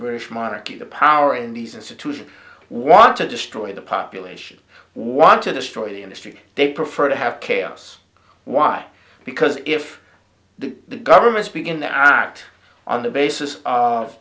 british monarchy the power in these institutions want to destroy the population want to destroy the industry they prefer to have chaos why because if the governments begin their art on the basis of